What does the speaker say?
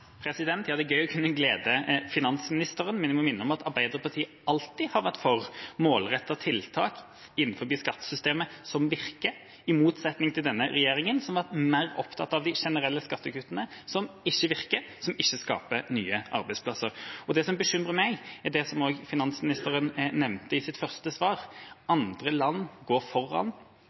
Ja, det er gøy å kunne glede finansministeren, men jeg må minne om at Arbeiderpartiet alltid har vært for målrettede tiltak innenfor skattesystemet som virker, i motsetning til denne regjeringa, som har vært mer opptatt av de generelle skattekuttene, som ikke virker, og som ikke skaper nye arbeidsplasser. Det som bekymrer meg, er det som finansministeren også nevnte i sitt første svar: Andre land går foran